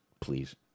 Please